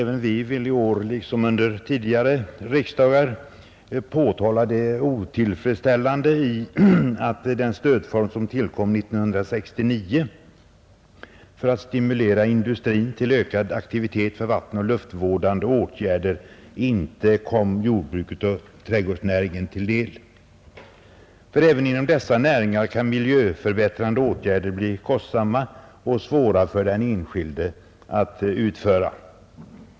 Herr talman! I år liksom under tidigare riksdagar vill vi påtala det otillfredsställande i att den stödform som tillkom 1969 för att stimulera industrin till ökad aktivitet för vattenoch luftvårdande åtgärder inte kom jordbruket och trädgårdsnäringen till del. Även inom dessa näringar kan ju miljöförbättrande åtgärder bli kostsamma och svåra för den enskilde att vidtaga.